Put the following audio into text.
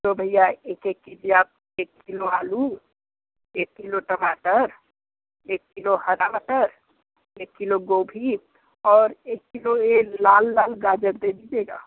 तो भैया एक एक के जी आप एक किलो आलू एक किलो टमाटर एक किलो हरा मटर एक किलो गोभी और एक किलो ये लाल लाल गाजर दे दीजिएगा